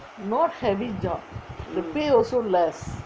not heavy job the pay also less